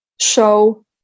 show